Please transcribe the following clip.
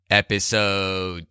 episode